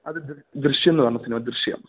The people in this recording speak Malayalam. അത് ദൃശ്യംന്ന് പറഞ്ഞ സിനിമ ദൃശ്യം